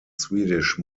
swedish